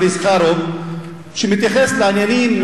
שמתייחס לעניינים,